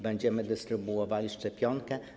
Będziemy dystrybuowali szczepionkę.